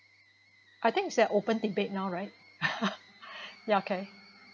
I think that open debate now right ya okay